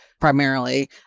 primarily